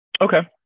Okay